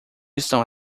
estão